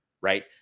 right